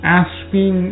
asking